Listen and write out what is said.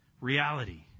reality